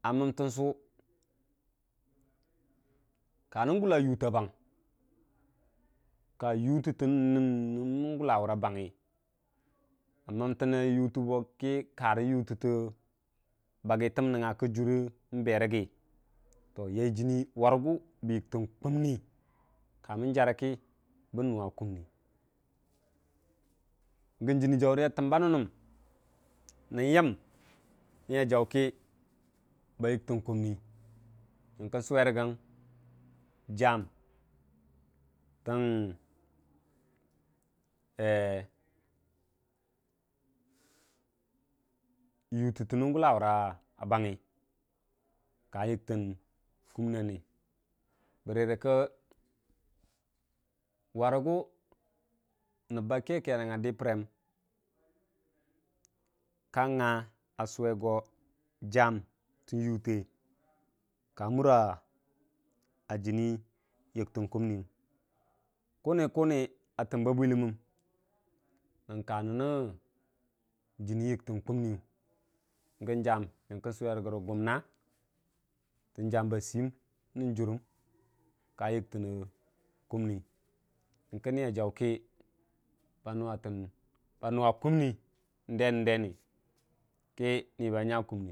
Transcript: a məntən su ka nən gulla yuuta a bang karə yurarrə nən gula ra bangngi a mənti yutə bo kə karə yuttətə botəm nəngnya ki juri yai jən warəgu bə yətən kumni jən jaura təmba nən nəm nən yi niya jau kə ba iktən kumni nyəkən suwe rəgən jam təngittən nən gullawura bangngi yiktən kumni bərəkə warəg nəbba ke kerang a də pəre ka nga suwe go jam tən yu ka mura jənni yiktən kum kum kum a təmba bwilənən ka nənnə jənni yiktən kigən jam nyəng kən suwe rəgən jən gumna tən jan ba siyəm bə nəng jurəm niya jau kə ba nuwa kumni ndenin deni.